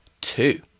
two